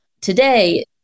today